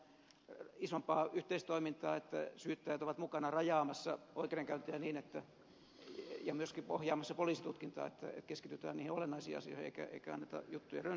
tarvitaan isompaa yhteistoimintaa että syyttäjät ovat mukana rajaamassa oikeudenkäyntejä ja myöskin ohjaamassa poliisitutkintaa että keskitytään niihin olennaisiin asioihin eikä anneta juttujen rönsyillä